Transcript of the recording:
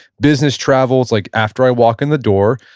business travel. it's like after i walk in the door,